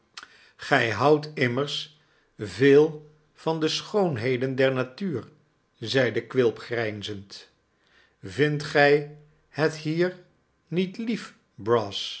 gij houdt immers veel van de schoonheden der natuur zeide quilp gr'y'nzend vindt gij het hier niet lief